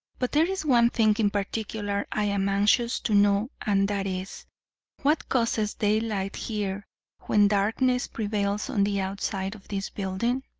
but there is one thing in particular i am anxious to know and that is what causes daylight here when darkness prevails on the outside of this building?